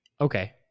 Okay